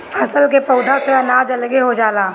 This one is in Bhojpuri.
फसल के पौधा से अनाज अलगे हो जाला